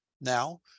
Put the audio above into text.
Now